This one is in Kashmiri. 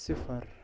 صِفر